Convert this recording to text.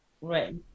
Right